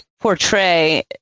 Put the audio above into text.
portray